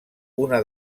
una